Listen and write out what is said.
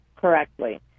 correctly